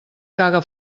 caga